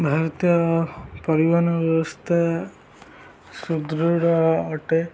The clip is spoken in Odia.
ଭାରତୀୟ ପରିବହନ ବ୍ୟବସ୍ଥା ସୁଦୃଢ଼ ଅଟେ